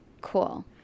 Cool